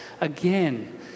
Again